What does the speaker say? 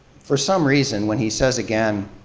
for some reason, when he says again,